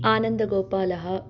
आनन्दगोपालः